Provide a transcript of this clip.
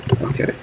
Okay